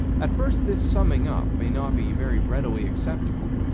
at first this summing up may not be very readily acceptable.